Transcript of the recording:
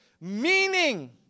meaning